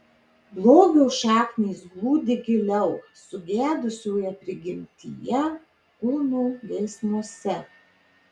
blogio šaknys glūdi giliau sugedusioje prigimtyje kūno geismuose